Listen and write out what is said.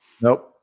Nope